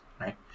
right